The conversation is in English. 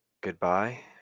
Goodbye